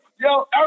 Yo